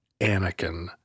Anakin